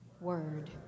word